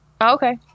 okay